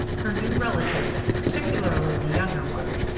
her new relatives, particularly the younger ones,